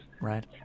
Right